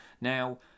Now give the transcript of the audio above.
Now